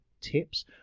tips